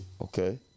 Okay